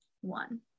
one